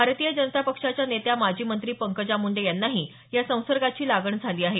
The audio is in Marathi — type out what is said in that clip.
भारतीय जनता पक्षाच्या नेत्या माजी मंत्री पंकजा मुंडे यांनाही या संसर्गाची लागण झाली आहे